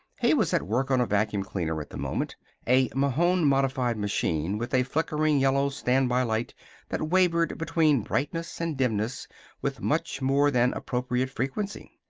he was at work on a vacuum cleaner at the moment a mahon-modified machine with a flickering yellow standby light that wavered between brightness and dimness with much more than appropriate frequency.